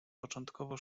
początkowo